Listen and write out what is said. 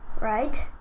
right